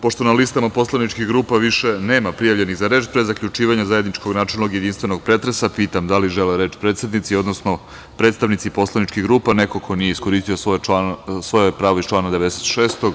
Pošto na listama poslaničkih grupa više nema prijavljenih za reč, pre zaključivanja zajedničkog načelnog i jedinstvenog pretresa, pitam da li žele reč predsednici, odnosno predstavnici poslaničkih grupa, neko ko nije iskoristio svoje pravo iz člana 96.